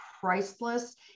priceless